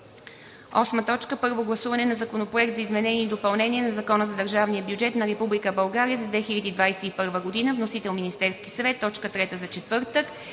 2021 г. 8. Първо гласуване на Законопроекта за изменение и допълнение на Закона за държавния бюджет на Република България за 2021 г. Вносител – Министерският съвет, точка трета за четвъртък,